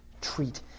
treat